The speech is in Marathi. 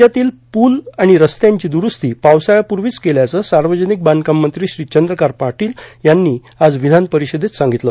राज्यातील पूल आणि रस्त्यांची दुरूस्ती पावसाळ्यापूर्वीच केल्याचं सार्वजनिक बांधकाम मंत्री श्री चंद्रकात पाटील यांनी आज विधान परिषदेत सांगितलं